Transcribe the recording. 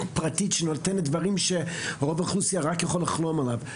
פרטית שנותנת דברים שרוב האוכלוסייה רק יכולה לחלום עליהם,